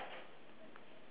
we've to do